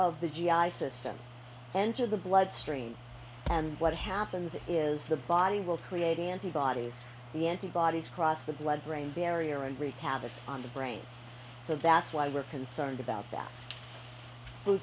of the g i system enter the bloodstream and what happens is the body will create antibodies the antibodies cross the blood brain barrier and recap it on the brain so that's why we're concerned about that